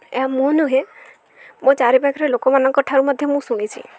ଏହା ମୁଁ ନୁହେଁ ମୋ ଚାରିପାଖରେ ଲୋକମାନଙ୍କଠାରୁ ମଧ୍ୟ ମୁଁ ଶୁଣିଛି